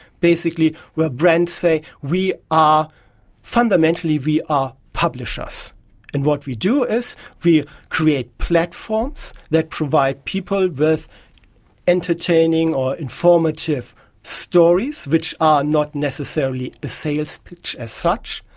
basically where brands say ah fundamentally we are publishers, and what we do is we create platforms that provide people with entertaining or informative stories which are not necessarily a sales pitch as such,